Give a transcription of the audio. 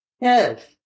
Yes